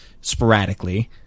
sporadically